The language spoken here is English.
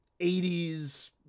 80s